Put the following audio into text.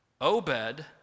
Obed